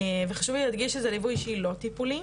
וחשוב לי להדגיש שזה ליווי אישי - לא טיפולי.